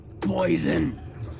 poison